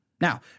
Now